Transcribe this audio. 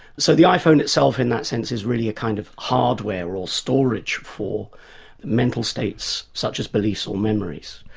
so the iphone itself in that sense, is really a kind of hardware, or storage for mental states, such as beliefs or memories.